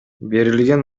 берилген